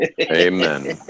Amen